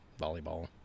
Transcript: volleyball